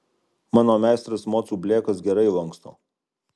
mano meistras mocų blėkas gerai lanksto